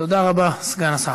תודה רבה, סגן השר.